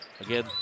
again